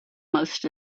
most